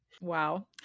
Wow